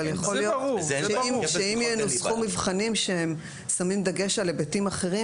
אבל יכול להיות שאם ינוסחו מבחנים שהם שמים דגש על היבטים אחרים